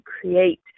create